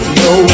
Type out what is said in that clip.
no